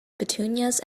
petunias